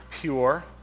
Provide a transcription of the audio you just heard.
pure